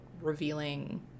revealing